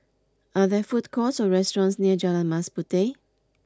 are there food courts or restaurants near Jalan Mas Puteh